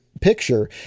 picture